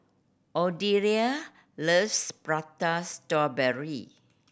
Odelia loves Prata Strawberry